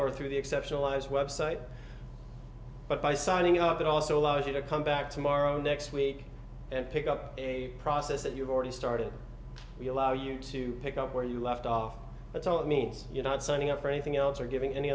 or through the exceptional eyes website but by signing up it also allows you to come back tomorrow next week and pick up a process that you've already started we allow you to pick up where you left off that's all that means you're not signing up for anything else or giving any